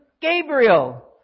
Gabriel